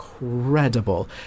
incredible